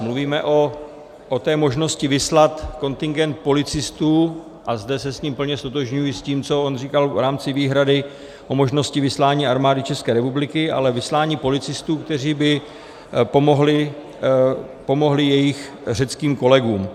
Mluvíme o možnosti vyslat kontingent policistů, a zde se s ním plně ztotožňuji, s tím, co on říkal v rámci výhrady o možnosti vyslání Armády České republiky, ale vyslání policistů, kteří by pomohli jejich řeckým kolegům.